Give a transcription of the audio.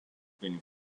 been